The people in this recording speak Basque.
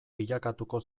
bilakatuko